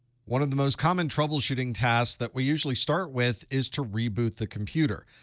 one of the most common troubleshooting tasks that we usually start with is to reboot the computer.